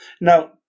Now